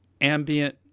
ambient